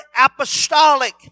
apostolic